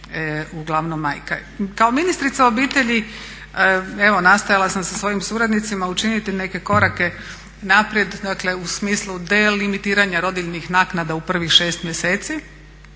uglavnom majka. Kao ministrica obitelji evo nastojala sam sa svojim suradnicima učiniti neke korake naprijed, dakle u smislu delimitiranja rodiljnih naknada u prvih šest mjeseci.